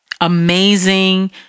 amazing